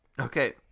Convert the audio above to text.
Okay